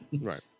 Right